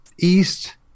east